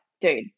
dude